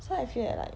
so I feel that like